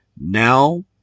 Now